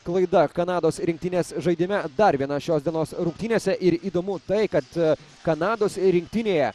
klaida kanados rinktinės žaidime dar viena šios dienos rungtynėse ir įdomu tai kad kanados rinktinėje